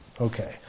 okay